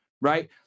right